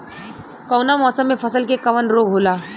कवना मौसम मे फसल के कवन रोग होला?